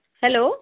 hello